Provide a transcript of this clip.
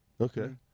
Okay